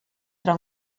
tra